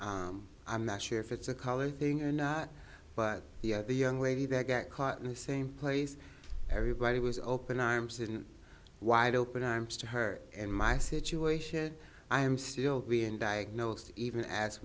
personally i'm not sure if it's a color thing or not but the young lady that got caught in the same place everybody was open arms and wide open arms to her and my situation i am still being diagnosed even as